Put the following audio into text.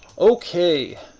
okay,